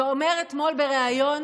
ואומר אתמול בריאיון: